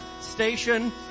station